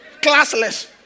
Classless